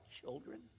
children